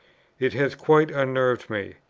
it has quite unnerved me.